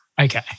Okay